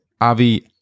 Avi